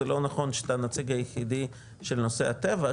זה לא נכון שאתה נציג היחידי של נושא הטבע,